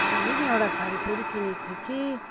मैले नि एउटा साडी फेरि किनेको थिएँ कि